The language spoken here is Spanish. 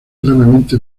gravemente